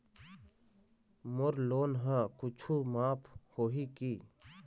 मोर loan हा कुछू माफ होही की?